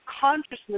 consciousness